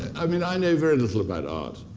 i mean, i know very little about art,